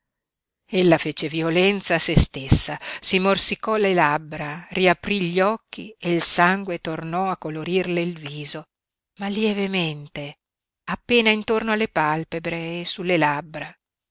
venga ella fece violenza a se stessa si morsicò le labbra riaprí gli occhi e il sangue tornò a colorirle il viso ma lievemente appena intorno alle palpebre e sulle labbra